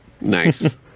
Nice